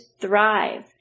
thrive